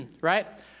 Right